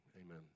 Amen